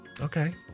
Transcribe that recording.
Okay